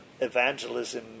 evangelism